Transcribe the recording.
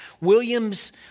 Williams